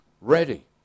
ready